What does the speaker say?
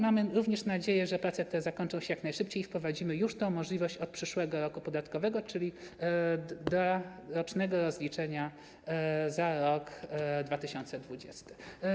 Mamy również nadzieję, że te prace zakończą się jak najszybciej i wprowadzimy tę możliwość już od przyszłego roku podatkowego, czyli dla rocznego rozliczenia za rok 2020.